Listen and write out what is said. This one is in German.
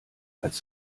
als